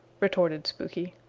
retorted spooky.